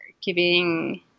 giving